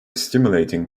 stimulating